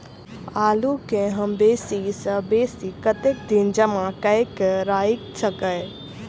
आलु केँ हम बेसी सऽ बेसी कतेक दिन जमा कऽ क राइख सकय